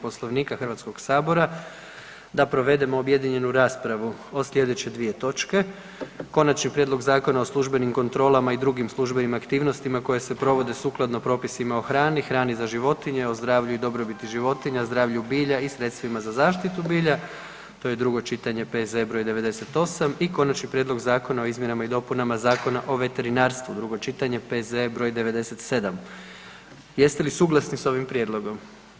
Poslovnika HS-a da provedemo objedinjenu raspravu o sljedeće dvije točke: - Konačni prijedlog Zakona o službenim kontrolama i drugim službenim aktivnostima koje se provode sukladno propisima o hrani, hrani za životinje, o zdravlju i dobrobiti životinja, zdravlju bilja i sredstvima za zaštitu bilja, drugo čitanje, P.Z.E. br. 98; - Konačni prijedlog Zakona o izmjenama i dopunama Zakona o veterinarstvu, drugo čitanje, P.Z.E. br. 97 Jeste li suglasni s ovim prijedlogom?